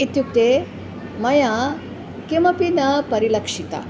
इत्युक्ते मया किमपि न परिलक्षिता